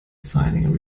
signing